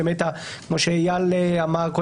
כפי שאיל אמר,